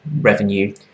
revenue